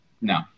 No